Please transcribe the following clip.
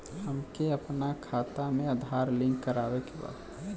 हमके अपना खाता में आधार लिंक करावे के बा?